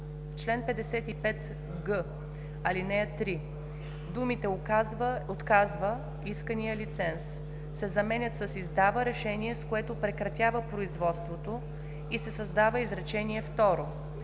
чл. 55г, ал. 3 думите „отказва искания лиценз“ се заменят с „издава решение, с което прекратява производството“ и се създава изречение второ: